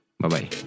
Bye-bye